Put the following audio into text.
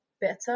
better